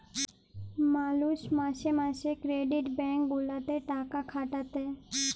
মালুষ মাসে মাসে ক্রেডিট ব্যাঙ্ক গুলাতে টাকা খাটাতে